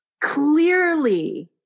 clearly